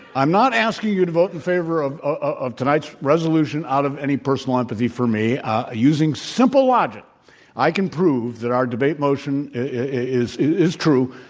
i'm not asking you to vote in favor of ah of tonight's resolution out of any personal empathy for me. ah using simple logic i can prove that our debate motion is is true.